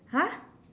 !huh!